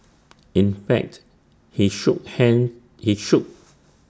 in fact he shook hands he shook